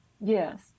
yes